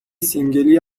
سینگلی